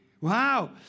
Wow